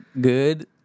good